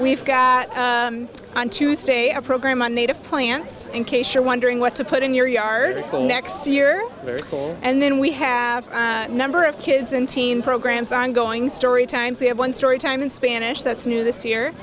we've got on tuesday a program on native plants in case you're wondering what to put in your yard well next year very cool and then we have number of kids in teen programs ongoing story times we have one story time in spanish that's new this year